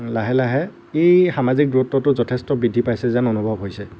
লাহে লাহে এই সামাজিক দূৰত্বটো যথেষ্ট বৃদ্ধি পাইছে যেন অনুভৱ হৈছে